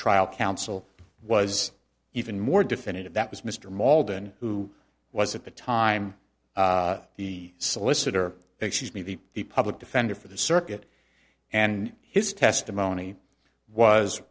trial counsel was even more definitive that was mr malden who was at the time the solicitor excuse me the the public defender for the circuit and his testimony